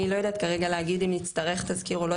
אני לא יודעת כרגע להגיד אם יצטרך תזכיר או לא